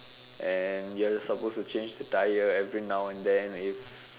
and you're supposed to change the tyre every now and then if